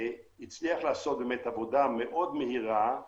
הצליח לעשות עבודה מהירה מאוד